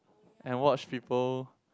and watch people